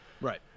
right